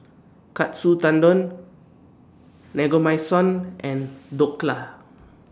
Katsu Tendon Naengmyeon and Dhokla